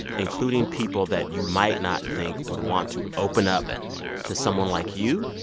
including people that you might not think would want to open up to someone like you,